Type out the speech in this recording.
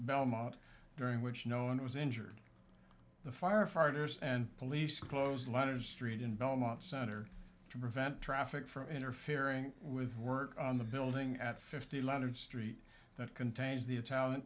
belmont during which no one was injured the firefighters and police closed a lot of street in belmont center to prevent traffic from interfering with work on the building at fifty leonard street that contains the a talent